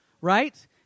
right